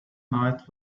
night